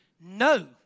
no